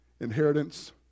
inheritance